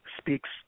speaks